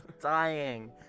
Dying